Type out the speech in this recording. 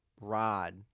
rod